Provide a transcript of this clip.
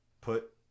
put